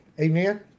Amen